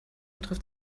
trifft